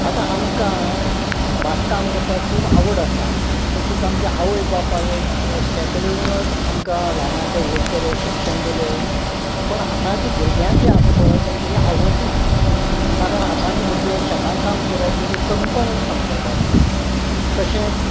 आतां आमकां बागकाम करपाक खूब आवड आसा तशीच आमची आवय बापाय हे शेत रोवनच आमकां ल्हानाचे व्हड केले शिक्षण दिलें पूण आतांचीं भुरग्यां जीं आसा पळय तेंकां ही आवड ना कारण आतांचे भुरगे शेतां काम करप म्हणजे कमीपण समजतात तशेंच